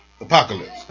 Apocalypse